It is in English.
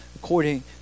According